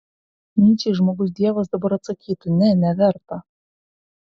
nyčei žmogus dievas dabar atsakytų ne neverta